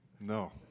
No